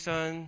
Son